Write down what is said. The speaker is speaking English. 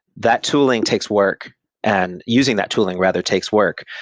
that tooling takes work and using that tooling rather takes work.